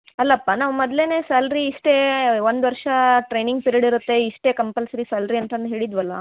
ಅಲ್ಲಪ್ಪ ನಾವು ಮೊದಲೇನೆ ಸ್ಯಾಲ್ರಿ ಇಷ್ಟೇ ಒಂದು ವರ್ಷ ಟ್ರೈನಿಂಗ್ ಪಿರಿಡ್ ಇರುತ್ತೆ ಇಷ್ಟೆ ಕಂಪಲ್ಸರಿ ಸ್ಯಾಲ್ರಿ ಅಂತನು ಹೇಳಿದ್ವಲ್ಲವಾ